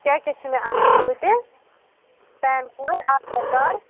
کیٛاہ کیٛاہ چھُ مےٚ اَنُن سۭتۍ تیٚلہِ پین کارڈ آدھار کارڈ